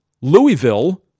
Louisville